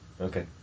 okay